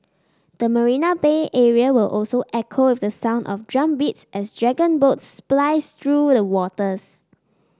the Marina Bay area will also echo with the sound of drumbeats as dragon boats splice through the waters